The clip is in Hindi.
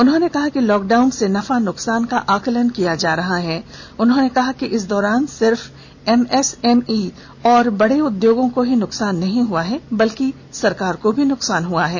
उन्होंने कहा कि लॉकडाउन से नफा नुकसान का आकलन किया जा रहा है उन्होंने कहा कि इस दौरान सिर्फ एमएसएमई और बड़े उधोगों को ही नहीं हुआ नुकसान है बल्कि सरकार को भी नुकसान पहुंचा है